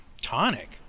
Tonic